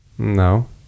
No